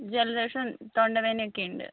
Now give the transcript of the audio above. ജലദോഷം തൊണ്ട വേനയൊക്കെ ഉണ്ട്